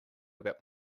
about